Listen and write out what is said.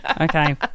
okay